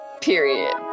Period